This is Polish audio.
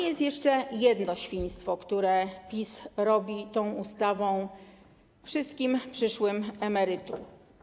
Jest jeszcze jedno świństwo, które PiS robi tą ustawą wszystkim przyszłym emerytom.